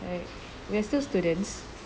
right we are still students